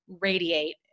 radiate